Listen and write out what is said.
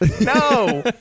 no